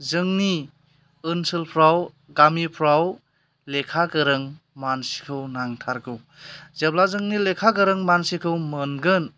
जोंनि ओनसोलफ्राव गामिफ्राव लेखा गोरों मानसिखौ नांथारगौ जेब्ला जोंनि लेखा गोरों मानसिखौ मोनगोन